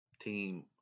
team